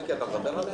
מיקי, אתה מוותר עליה?